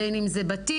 בין אם זה בתים,